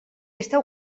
esteu